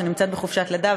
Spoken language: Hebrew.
שנמצאת בחופשת לידה,